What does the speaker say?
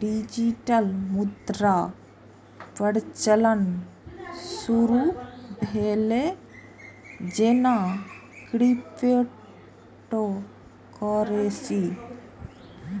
digital मुद्राक प्रचलन शुरू भेलै, जेना क्रिप्टोकरेंसी